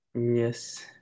yes